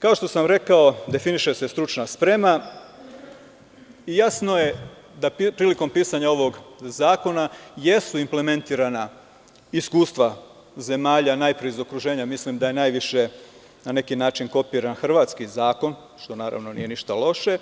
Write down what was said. Kao što sam i rekao, definiše se stručna sprema i jasno je da prilikom pisanja ovog zakona jesu implementirana iskustva zemalja iz okruženja, mislim da je kopiran najviše hrvatski zakon, što nije loše